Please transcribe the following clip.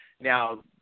Now